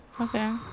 Okay